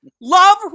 Love